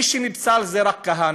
מי שנפסל זה רק כהנא.